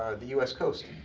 the us coast.